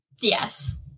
Yes